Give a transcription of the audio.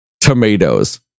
tomatoes